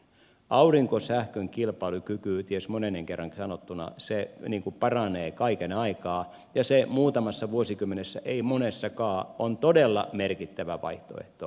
aurinkosähkön kilpailukyky ties monennenko kerran sanottuna paranee kaiken aikaa ja se muutamassa vuosikymmenessä ei monessakaan on todella merkittävä vaihtoehto